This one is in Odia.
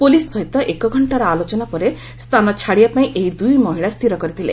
ପୁଲିସ୍ ଡିଜିଙ୍କ ସହିତ ଏକ ଘକ୍ଷାର ଆଲୋଚନା ପରେ ସ୍ଥାନ ଛାଡ଼ିବାପାଇଁ ଏହି ଦୁଇ ମହିଳା ସ୍ଥିର କରିଥିଲେ